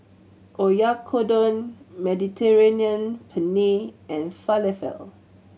Oyakodon Mediterranean Penne and Falafel